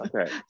Okay